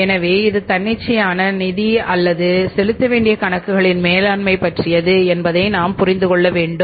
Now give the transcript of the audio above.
எனவே இது தன்னிச்சையான நிதி அல்லது செலுத்த வேண்டிய கணக்குகளின் மேலாண்மை பற்றியது என்பதை நாம் புரிந்து கொள்ள வேண்டும்